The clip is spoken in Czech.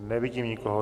Nevidím nikoho.